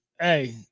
Hey